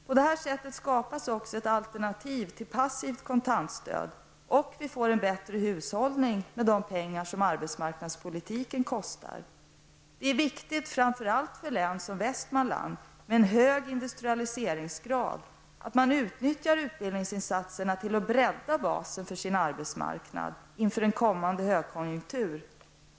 På det här sättet skapas också ett alternativ till passivt kontantstöd, och vi får en bättre hushållning med de pengar som arbetsmarknadspolitiken kostar. Det är viktigt, framför allt för län som Västmanlands län med en hög industrialiseringsgrad, att utnyttja utbildningsinsatserna till att bredda basen för sin arbetsmarknad, inför en kommande högkonjunktur.